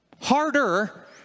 harder